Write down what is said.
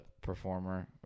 performer